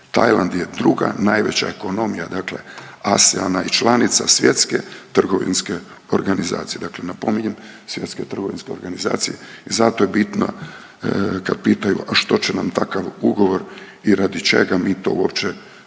Tajland je druga najveća ekonomija ASEAN-a i članica Svjetske trgovinske organizacije, dakle napominjem Svjetske trgovinske organizacija i zato je bitno kad pitaju, a što će nam takav ugovor i radi čega mi to uopće